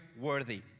worthy